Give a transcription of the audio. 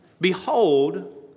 behold